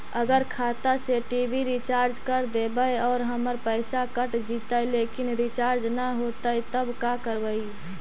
अगर खाता से टी.वी रिचार्ज कर देबै और हमर पैसा कट जितै लेकिन रिचार्ज न होतै तब का करबइ?